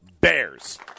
Bears